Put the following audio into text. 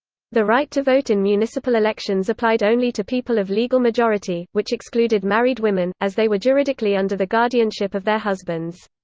the right to vote in municipal elections applied only to people of legal majority, which excluded married women, as they were juridically under the guardianship of their husbands.